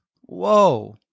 Whoa